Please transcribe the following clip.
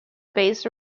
based